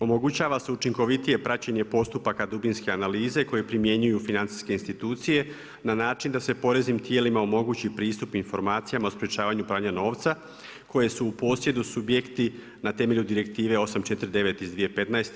Omogućava se učinkovitije praćenje postupaka dubinske analize koje primjenjuju financijske institucije na način da se poreznim tijelima omogući pristup informacijama o sprječavanju pranja novca koje su u posjedu subjekti na temelju Direktive 849. iz 2015.